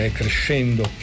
crescendo